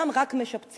שם רק משפצים.